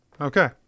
Okay